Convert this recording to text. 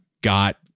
got